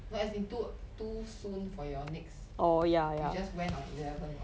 no as in too too soon for your next you just went on eleven [what]